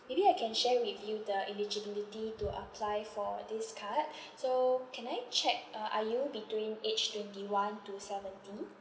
maybe I can share with you the eligibility to apply for this card so can I check uh are you between age twenty one to seventy